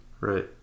Right